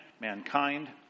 mankind